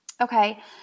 Okay